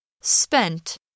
Spent